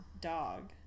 dog